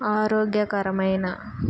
ఆరోగ్యకరమైన